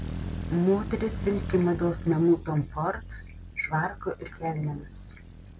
moteris vilki mados namų tom ford švarku ir kelnėmis